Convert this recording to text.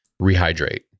rehydrate